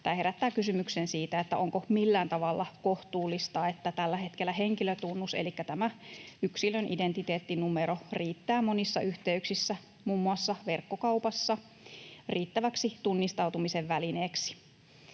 herättää kysymyksen siitä, onko millään tavalla kohtuullista, että tällä hetkellä henkilötunnus — elikkä tämä yksilön identiteettinumero — riittää monissa yhteyksissä, muun muassa verkkokaupassa, riittäväksi tunnistautumisen välineeksi.